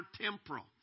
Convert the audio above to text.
temporal